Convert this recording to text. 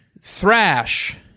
Thrash